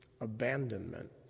abandonment